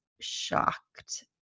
shocked